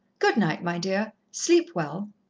good-night, my dear. sleep well.